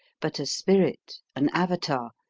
but a spirit, an avatar,